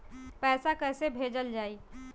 पैसा कैसे भेजल जाइ?